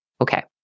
Okay